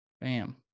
bam